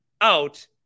out